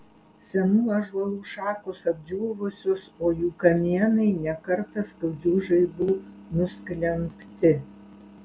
senų ąžuolų šakos apdžiūvusios o jų kamienai ne kartą skaudžių žaibų nusklembti